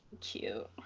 Cute